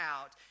out